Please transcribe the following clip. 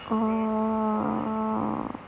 oh oh oh